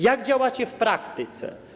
Jak działacie w praktyce?